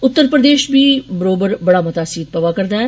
उत्तर प्रदेष च बी बरोबर बड़ा मता सीत् पवा'रदा ऐ